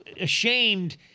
ashamed